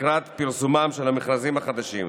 לקראת פרסומם של המכרזים החדשים.